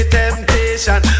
temptation